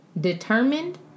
determined